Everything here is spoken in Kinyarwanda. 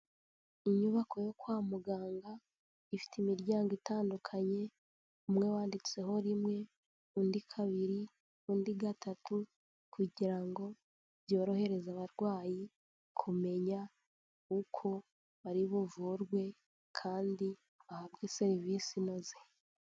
Inyubako yo kwa muganga ifite imiryango itandukanye, umwe wanditseho rimwe, undi kabiri, undi gatatu kugira ngo byorohereze abarwayi kumenya uko bari buvurwe kandi ahabwe serivisi inoze.